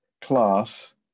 class